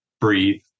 Breathe